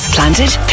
Planted